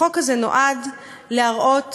החוק הזה נועד להראות